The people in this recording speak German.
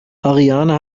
ariane